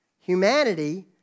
humanity